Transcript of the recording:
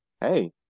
hey